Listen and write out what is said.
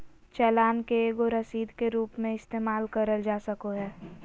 चालान के एगो रसीद के रूप मे इस्तेमाल करल जा सको हय